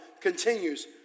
continues